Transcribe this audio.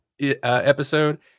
episode